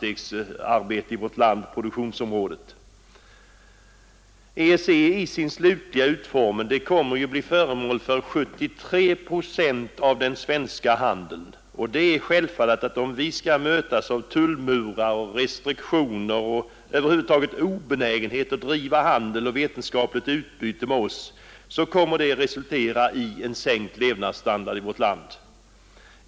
EEC i sin slutliga utformning kommer att bli föremål för 73 procent av den svenska handeln, och det är självfallet att om vi skall mötas av tullmurar, restriktioner och över huvud taget obenägenhet att driva handel och vetenskapligt utbyte med oss, så kommer det att resultera i sänkt levnadsstandard i vårt land.